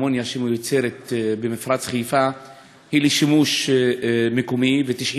במפרץ חיפה היא לשימוש מקומי ו-90% ליצוא.